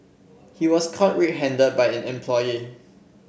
he was caught red handed by an employee